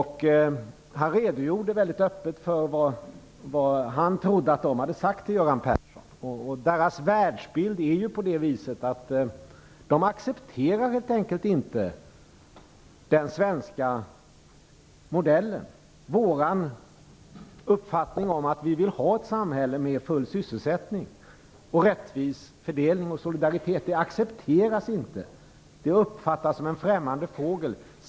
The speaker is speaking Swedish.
Han redogjorde mycket öppet för vad han trodde att de hade sagt till Göran Persson. Deras världsbild är ju sådan att de helt enkelt inte accepterar den svenska modellen, dvs. att vi vill ha ett samhälle med full sysselsättning, rättvis fördelning och solidaritet. Det accepteras inte. Det uppfattas som en främmande fågel.